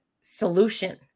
solution